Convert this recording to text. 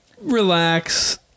relax